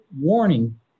warning